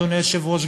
אדוני היושב-ראש,